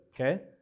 okay